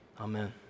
Amen